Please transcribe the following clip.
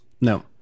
No